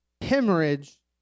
hemorrhage